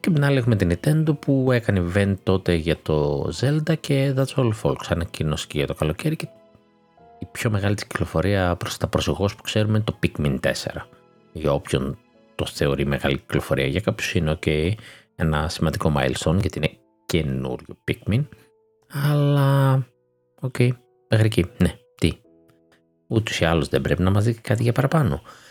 Και απ' την άλλη έχουμε την Nintendo, που έκανε event τότε για το Zelda και that's all folks, ανακοίνωσε και για το καλοκαίρι και η πιο μεγάλη της κυκλοφορία προς τα προσεχώς που ξέρουμε είναι το Pikmin 4. Για όποιον το θεωρεί μεγάλη κυκλοφορία, για κάποιους είναι, οκ, ένα σημαντικό milestone, γιατί είναι καινούριο Pikmin. Αλλά, οκ, μέχρι εκεί. Ναι, τι; Ούτως ή άλλως δεν πρέπει να μας δείτε κάτι για παραπάνω.